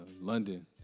London